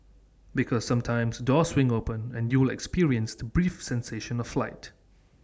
because sometimes doors swing open and you'll experience to brief sensation of flight